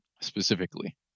specifically